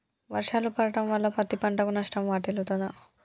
వర్షాలు పడటం వల్ల పత్తి పంటకు నష్టం వాటిల్లుతదా?